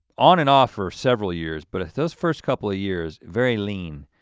on and off for several years, but those first couple of years very lean,